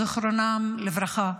-- מייקל סמארה, זיכרונם לברכה.